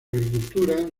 agricultura